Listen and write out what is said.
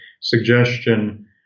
suggestion